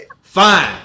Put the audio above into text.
Fine